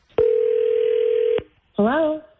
Hello